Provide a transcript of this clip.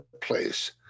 place